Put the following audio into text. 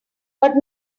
but